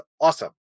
awesome